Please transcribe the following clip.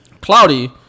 Cloudy